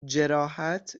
جراحت